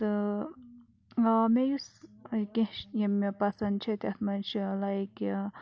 تہٕ آ مےٚ یُس کینٛہہ یِم مےٚ پَسنٛد چھِ تَتھ منٛز لایک کہِ